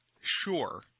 sure